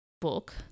book